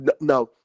Now